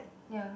ya